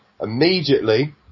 immediately